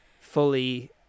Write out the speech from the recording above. fully